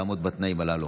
לעמוד בתנאים הללו.